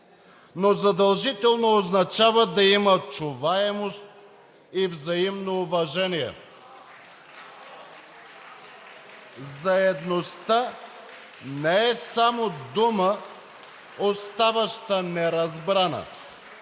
но задължително означава да има чуваемост и взаимно уважение. Заедността не е само дума, оставаща неразбрана,